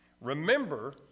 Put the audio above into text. Remember